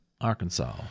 Arkansas